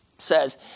says